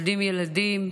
מולידים ילדים.